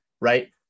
right